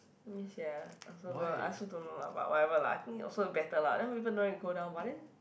yes sia also don't I also don't know lah but whatever lah I think also better lah then people know you go down !wah! then